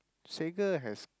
Sekar has